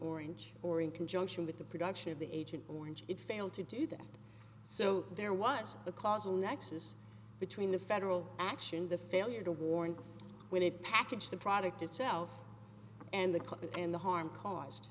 orange or in conjunction with the production of the agent orange it failed to do that so there was a causal nexus between the federal action the failure to warn when it packaged the product itself and the company and the harm caused